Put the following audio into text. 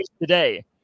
today